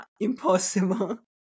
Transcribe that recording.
impossible